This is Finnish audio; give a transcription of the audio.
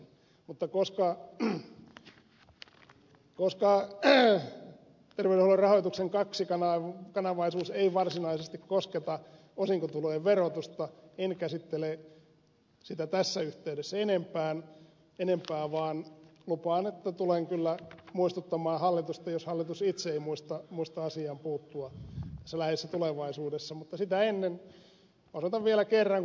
mutta koska terveydenhuollon rahoituksen kaksikanavaisuus ei varsinaisesti kosketa osinkotulojen verotusta en käsittele sitä tässä yhteydessä enempää vaan lupaan että tulen kyllä muistuttamaan hallitusta jos hallitus itse ei muista asiaan puuttua tässä läheisessä tulevaisuudessa mutta sitä ennen osoitan kiitokset vielä kerran